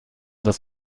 das